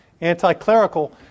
Anti-clerical